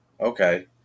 Okay